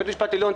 בית משפט עליון,